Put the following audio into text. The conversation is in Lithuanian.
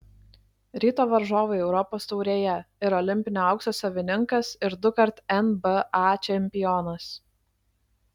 ryto varžovai europos taurėje ir olimpinio aukso savininkas ir dukart nba čempionas